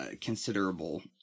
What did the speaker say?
considerable